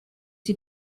sie